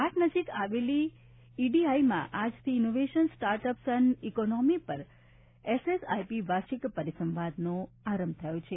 ભાટ નજીક આવેલી ઈડીઆઈમાં આજથી ઇનોવેશન સ્ટાર્ટઅપ્સ અને ઇકોસિસ્ટમ પર એસએસઆઈપી વાર્ષિક પરિસંવાદનો આરંભ થયો છે